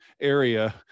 area